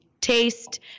taste